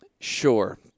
sure